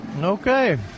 Okay